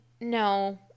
no